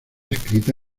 escrita